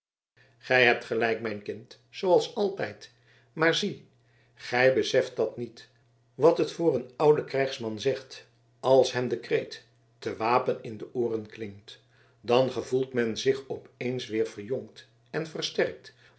gij hebt gelijk mijn kind zooals altijd maar zie gij beseft dat niet wat het voor een ouden krijgsman zegt als hem de kreet te wapen in de ooren klinkt dan gevoelt men zich op eens weer verjongd en versterkt